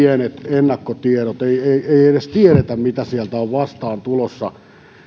ennakkotiedot ei edes tiedetä mitä sieltä on vastaan tulossa